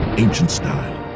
ancient style.